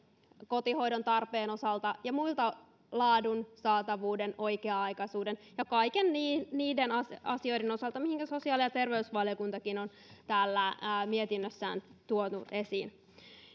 kotihoidon tarpeen osalta ja laadun saatavuuden oikea aikaisuuden ja kaikkien niiden muiden asioiden osalta mitä sosiaali ja terveysvaliokuntakin on täällä mietinnössään tuonut esiin